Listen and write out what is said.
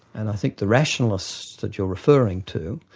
and i think the rationalists that you're referring to,